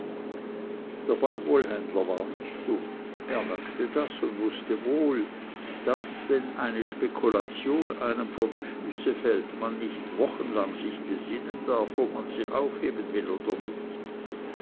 der baumwollenhändler war nicht dumm er merkte das und wußte wohl daß wenn eine spekulation einem vor die füße fällt man nicht wochen lang sich besinnen darf ob man sie aufheben will oder nicht